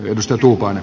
tiedustelukone